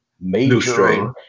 major